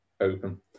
open